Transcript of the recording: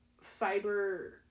fiber